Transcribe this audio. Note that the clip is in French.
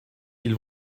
ils